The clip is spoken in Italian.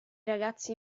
ragazzi